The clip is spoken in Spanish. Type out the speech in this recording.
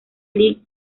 league